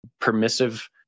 Permissive